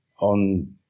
on